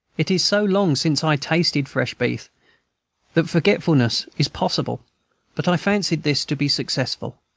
it is so long since i tasted fresh beef that forgetfulness is possible but i fancied this to be successful.